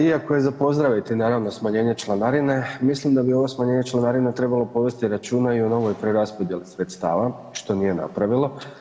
Iako je za pozdraviti naravno smanjenje članarine, mislim da bi ovo smanjenje članarine trebalo povesti računa i o novoj preraspodjeli sredstava što nije napravilo.